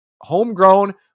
homegrown